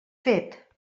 fet